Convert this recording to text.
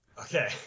Okay